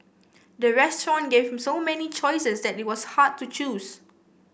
the restaurant gave so many choices that it was hard to choose